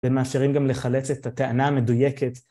ומאפשרים גם לחלץ את הטענה המדויקת.